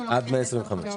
"(ג)